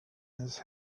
his